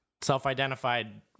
self-identified